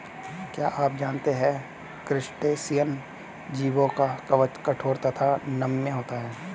क्या आप जानते है क्रस्टेशियन जीवों का कवच कठोर तथा नम्य होता है?